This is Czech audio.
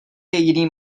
jiným